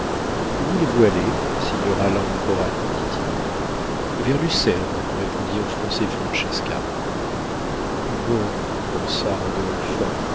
où voulez-vous aller signora lamporani dit-il vers lucerne répondit en français francesca bon pensa rodolphe